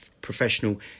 Professional